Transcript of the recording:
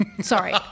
Sorry